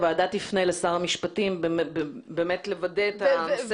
הוועדה תפנה לשר המשפטים באמת לוודא את הנושא